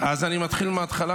אז אני מתחיל מהתחלה,